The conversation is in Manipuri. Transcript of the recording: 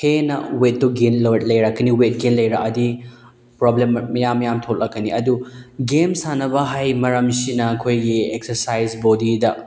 ꯍꯦꯟꯅ ꯋꯦꯠꯇꯣ ꯒꯦꯟ ꯂꯩꯔꯛꯀꯅꯤ ꯋꯦꯠꯀꯤ ꯂꯩꯔꯛꯑꯗꯤ ꯄ꯭ꯔꯣꯕ꯭ꯂꯦꯝ ꯃꯌꯥꯝ ꯃꯌꯥꯝ ꯊꯣꯛꯂꯛꯀꯅꯤ ꯑꯗꯨ ꯒꯦꯝ ꯁꯥꯟꯅꯕ ꯍꯥꯏ ꯃꯔꯝꯁꯤꯅ ꯑꯩꯈꯣꯏꯒꯤ ꯑꯦꯛꯁꯔꯁꯥꯏꯁ ꯕꯣꯗꯤꯗ